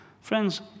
Friends